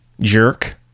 jerk